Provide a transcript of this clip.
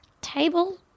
table